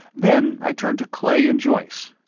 then i turned to clay and joyce.